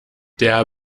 der